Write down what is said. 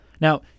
Now